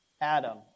Adam